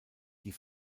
die